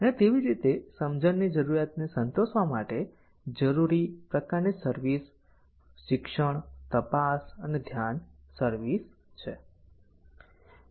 અને તેવી જ રીતે સમજણની જરૂરિયાતને સંતોષવા માટે જરૂરી પ્રકારની સર્વિસ શિક્ષણ તપાસ અને ધ્યાન સર્વિસ છે